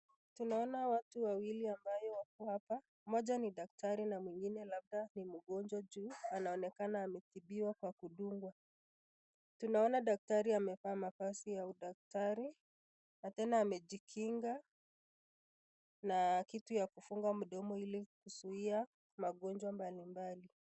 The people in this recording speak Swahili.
Tunaona watu wawili ambayo wako hapa. Mmoja ni daktari na mwingine labda ni mgonjwa juu anaonekana ametibiwa kwa kudungwa. Tunaona daktari amevaa mavazi ya udaktari, na tena amejikinga na kitu ya kufunga mdomo ili kuzuia magonjwa mbalimbali.